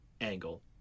Angle